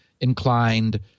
inclined